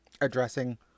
addressing